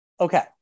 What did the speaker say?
Okay